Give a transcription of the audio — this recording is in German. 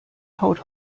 haut